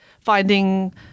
finding